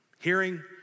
Hearing